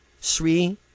Sri